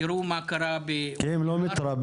תראו מה קרה --- כי הם לא מתרבים,